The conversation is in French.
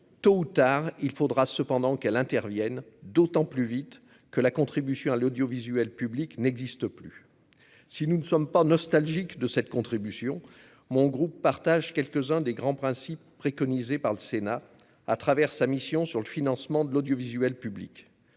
tôt ou tard, il faudra cependant qu'elle intervienne d'autant plus vite que la contribution à l'audiovisuel public, n'existe plus, si nous ne sommes pas nostalgique de cette contribution, mon groupe partage quelques-uns des grands principes préconisés par le Sénat, à travers sa mission sur le financement de l'audiovisuel public,